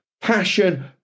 passion